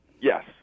yes